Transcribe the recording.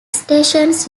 stations